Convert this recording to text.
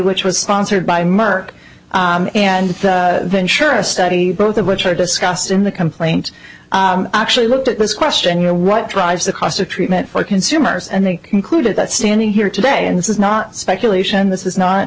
which was sponsored by merck and then share a study both of which are discussed in the complaint actually looked at this question you know what drives the cost of treatment for consumers and they concluded that standing here today and this is not speculation this is not